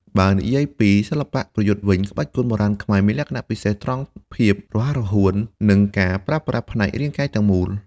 បើនិយាយពីសិល្បៈប្រយុទ្ធវិញ ក្បាច់គុនបុរាណខ្មែរមានលក្ខណៈពិសេសត្រង់ភាពរហ័សរហួន និងការប្រើប្រាស់ផ្នែករាងកាយទាំងមូល។